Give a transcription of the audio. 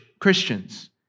Christians